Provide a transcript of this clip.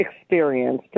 experience